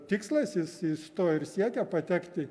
tikslas jis jis to ir siekia patekti